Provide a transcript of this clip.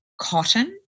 Cotton